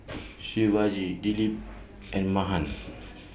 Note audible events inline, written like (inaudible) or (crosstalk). (noise) Shivaji Dilip and Mahan